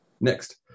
next